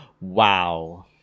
Wow